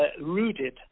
rooted